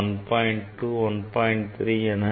1 1